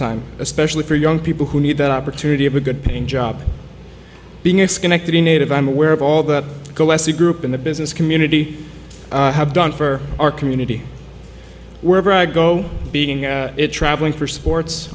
time especially for young people who need that opportunity of a good paying job being a schenectady native i'm aware of all that the group in the business community have done for our community wherever i go being traveling for sports